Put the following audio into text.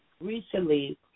recently